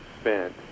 spent